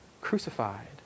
crucified